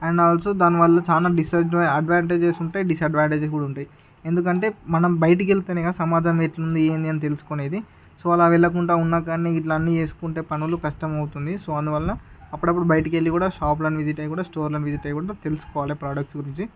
and also దానివల్ల చానా disadvantage advantages ఉంటాయి డిసడ్వాంటేజెస్ కూడా ఉంటుంది ఎందుకంటే మనం బయటికి వెళ్తేనే కదా సమాజం ఎట్లుంటుంది ఏంది అని తెలుసుకునేది సో అలా వెళ్లకుండా ఉన్నా కాని గిట్ల అన్ని చేసుకుంటే పనులు కష్టమవుతుంది సో అందువల్ల అప్పుడప్పుడు బయటికి వెళ్లి కూడా షాప్లను విజిట్ అయి కూడా స్టోర్లను విజిట్ అయి కూడా తెలుసుకోవాలి ప్రొడక్ట్స్ గురించి